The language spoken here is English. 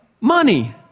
money